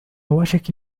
وشك